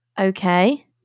Okay